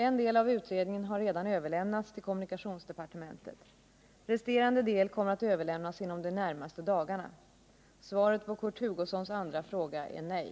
En del av utredningen har redan överlämnats till kommunikationsdepartementet. Resterande del kommer att överlämnas inom de närmaste dagarna. Svaret på Kurt Hugossons andra fråga är nej.